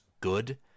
good